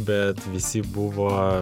bet visi buvo